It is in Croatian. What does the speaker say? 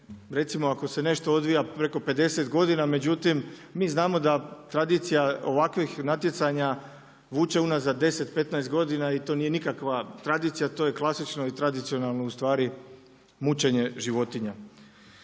recimo ako se nešto odvija preko 50 godina, međutim mi znamo da tradicija ovakvih natjecanja vuče unazad 10, 15 godina i to nije nikakva tradicija, to je klasično i tradicionalno ustvari mučenje životinja.